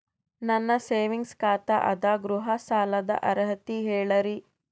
ನನ್ನ ಸೇವಿಂಗ್ಸ್ ಖಾತಾ ಅದ, ಗೃಹ ಸಾಲದ ಅರ್ಹತಿ ಹೇಳರಿ?